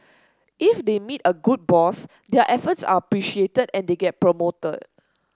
if they meet a good boss their efforts are appreciated and they get promoted